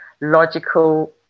logical